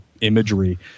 imagery